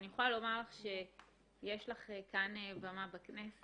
אני יכולה לומר לך שיש לך כאן במה בכנסת.